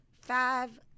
five